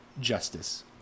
justice